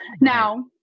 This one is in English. Now